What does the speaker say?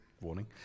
warning